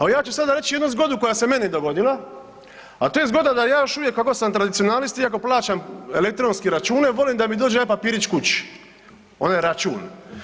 Ali ja ću sada reći jednu zgodu koja se meni dogodila, a to je zgoda da ja još uvijek kako sam tradicionalist iako plaćam elektronski račune volim da mi dođe e-papirić kući, onaj račun.